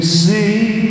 see